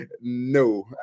No